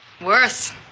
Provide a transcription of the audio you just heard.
Worse